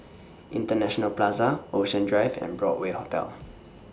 International Plaza Ocean Drive and Broadway Hotel